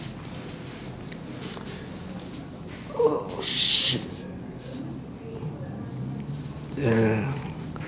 oh shit yeah